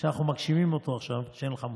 שאנחנו מגשימים אותו עכשיו, שאין לך מושג.